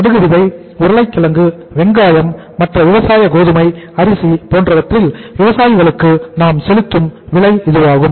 கடுகு விதை உருளைக்கிழங்கு வெங்காயம் மற்ற விவசாய கோதுமை அரிசி போன்றவற்றில் விவசாயிகளுக்கு நாம் செலுத்தும் விலை இதுவாகும்